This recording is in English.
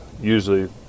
usually